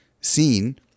seen